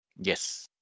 Yes